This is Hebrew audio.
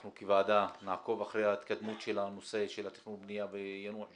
אנחנו כוועדה נעקוב אחרי ההתקדמות של התכנון והבניה ביאנוח-ג'ת.